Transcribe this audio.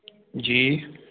जी